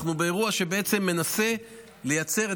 אנחנו באירוע שבעצם מנסה לייצר,